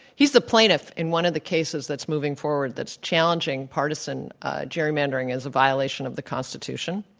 he's the plaintiff in one of the cases that's moving forward that's challenging partisan gerrymandering as a violation of the constitution.